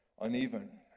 uneven